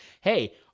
hey